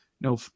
no